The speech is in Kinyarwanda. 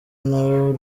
nawe